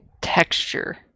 texture